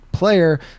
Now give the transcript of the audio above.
player